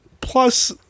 Plus